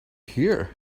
here